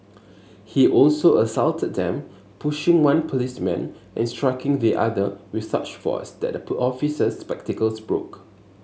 he also assaulted them pushing one policeman and striking the other with such force that the poor officer's spectacles broke